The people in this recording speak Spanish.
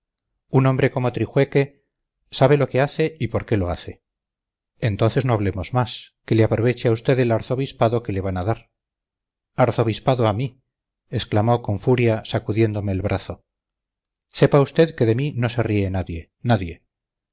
un hombre como trijueque sabe lo que hace y por qué lo hace entonces no hablemos más que le aproveche a usted el arzobispado que le van a dar arzobispado a mí exclamó con furia sacudiéndome el brazo sepa usted que de mí no se ríe nadie nadie